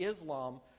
Islam